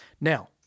Now